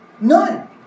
None